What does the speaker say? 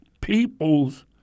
people's